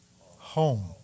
home